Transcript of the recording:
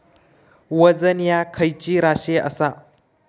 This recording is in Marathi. वजन ह्या खैची राशी असा?